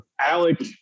Alec